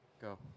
Go